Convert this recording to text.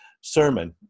sermon